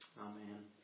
Amen